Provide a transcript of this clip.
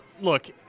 look